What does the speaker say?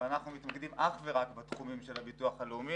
אנחנו מתקדמים אך ורק בתחומים של הביטוח הלאומי.